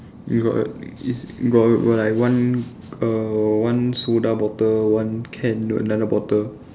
you got is you got got like one err one soda bottle one can another bottle